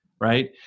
right